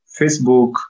Facebook